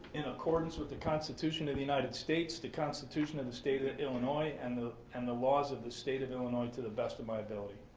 in accordance with the constitution of the united states, the constitution of the state of illinois, and the and the laws of the state of illinois to the best of my ability.